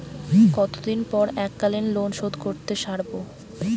কতদিন পর এককালিন লোনশোধ করতে সারব?